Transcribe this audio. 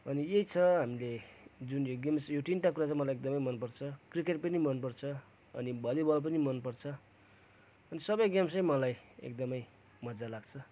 अनि यही छ हामीले जुन यो गेम्स यो तिनटा कुरा चाहिँ एकदमै मलाई मनपर्छ क्रिकेट पनि मनपर्छ अनि भलिबल पनि मनपर्छ अनि सबै गेम्सै मलाई एकदमै मज्जा लाग्छ